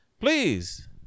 please